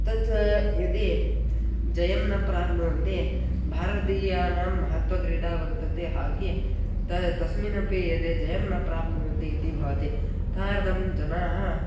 तत् यदि जयं न प्राप्नुवन्ति भारतीयानां महत्त्वक्रीडा वर्तते हाकि ते तस्मिन्नपि यदि जयं न प्राप्नुवन्ति इति भवति तदर्थं जनाः